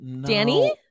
Danny